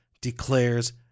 declares